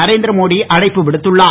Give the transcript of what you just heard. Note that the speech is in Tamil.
நரேந்திரமோடி அழைப்பு விடுத்துள்ளார்